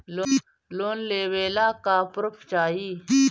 Loan लेवे ला का पुर्फ चाही?